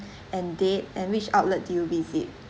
and date and which outlet do you visit